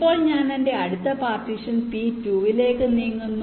ഇപ്പോൾ ഞാൻ എന്റെ അടുത്ത പാർട്ടീഷൻ P2 ലേക്ക് നീങ്ങുന്നു